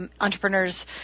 entrepreneurs